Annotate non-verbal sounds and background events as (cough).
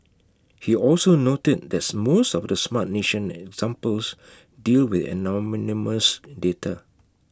he also noted that most of the Smart Nation examples deal with (unintelligible) data